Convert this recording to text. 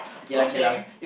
okay